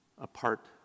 apart